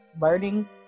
Learning